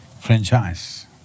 Franchise